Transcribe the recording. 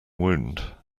wound